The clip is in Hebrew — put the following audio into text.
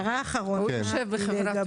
הערה אחרונה, לגבי